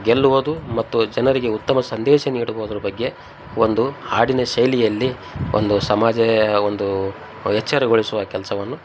ಗೆಲ್ಲುವುದು ಮತ್ತು ಜನರಿಗೆ ಉತ್ತಮ ಸಂದೇಶ ನೀಡುವುದ್ರ ಬಗ್ಗೆ ಒಂದು ಹಾಡಿನ ಶೈಲಿಯಲ್ಲಿ ಒಂದು ಸಮಾಜ ಒಂದು ಎಚ್ಚರಗೊಳಿಸುವ ಕೆಲಸವನ್ನು